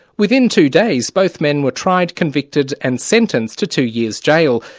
within two days, both men were tried, convicted and sentenced to two years' jail.